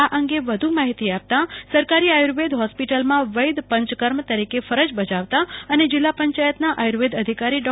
આ અંગુ વધુ માહિતી આપતા સરકારી આયુર્વેદ હોસ્પિટલમાં વૈદ પંચકર્મ તરીકે ફરજ બજાવતા અને જિલ્લા પંચાયતના આયુર્વેદ અધિકારી ડો